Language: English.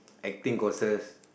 acting courses